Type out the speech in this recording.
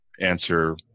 answer